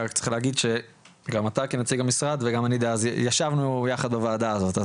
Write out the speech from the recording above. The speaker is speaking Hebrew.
צריך להגיד שגם אתה כנציג המשרד וגם אני ישבנו יחד בוועדה הזאת.